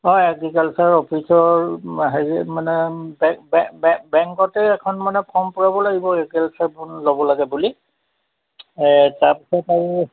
হয় এগ্ৰিকালচাৰ অফিচৰ হেৰি মানে বেংকতে এখন মানে ফৰ্ম পূৰাব লাগিব ল'ব লাগে বুলি এই তাৰপিছত আৰু